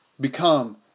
become